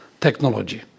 technology